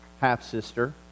half-sister